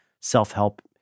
self-help